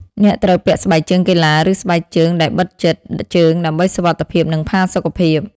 អ្នកត្រូវពាក់ស្បែកជើងកីឡា ឬស្បែកជើងដែលបិទជិតជើងដើម្បីសុវត្ថិភាព និងផាសុកភាព។